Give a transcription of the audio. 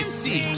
see